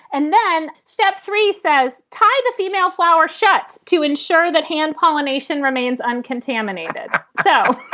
and then step three says, tie the female flower shet to ensure that hand pollination remains uncontaminated. so